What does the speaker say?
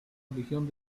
religión